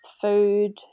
food